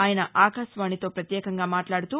ఆయన ఆకాశవాణి తో ప్రత్యేకంగా మాట్లాడుతూ